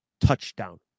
touchdown